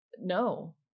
No